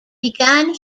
began